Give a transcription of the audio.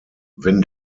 wenn